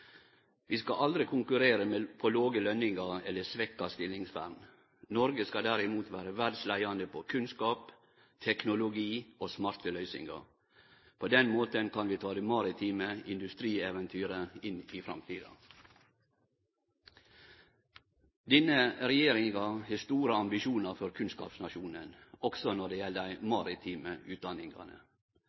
Vi skal aldri konkurrere på låge løningar eller svekt stillingsvern. Noreg skal derimot vere verdsleiande på kunnskap, teknologi og smarte løysingar. På den måten kan vi ta det maritime industrieventyret inn i framtida. Denne regjeringa har store ambisjonar for kunnskapsnasjonen, også når det gjeld dei maritime